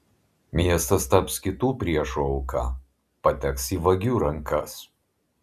miestas taps kitų priešų auka pateks į vagių rankas